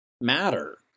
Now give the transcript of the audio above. matter